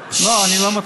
לא, אני לא מתחיל.